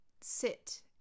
sit